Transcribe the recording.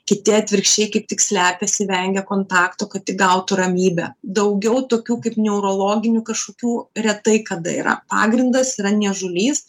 kiti atvirkščiai kaip tik slepiasi vengia kontakto kad tik gautų ramybę daugiau tokių kaip neurologinių kažkokių retai kada yra pagrindas yra niežulys